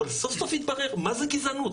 אבל סוף סוף יתברר מה זה גזענות.